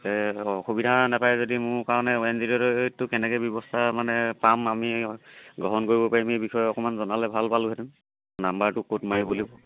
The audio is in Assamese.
অসুবিধা নাপায় যদি মোৰ কাৰণে ৱান জিৰ' এইট টো কেনেকৈ ব্যৱস্থা মানে পাম আমি গ্ৰহণ কৰিব পাৰিম এই বিষয়ে অকণমান জনালে ভাল পালোহেঁতেন নাম্বাৰটো ক'ত মাৰিব লাগিব